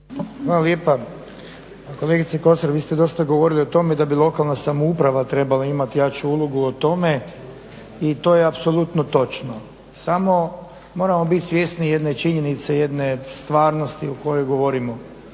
Hvala lijepa. Kolegice Kosor, vi ste dosta govorili o tome da bi lokalna samouprava trebala imati jaču ulogu u tome i to je apsolutno točno. Samo moramo bit svjesni jedne činjenice, jedne stvarnosti o kojoj govorimo.